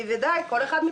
אמרתי לך.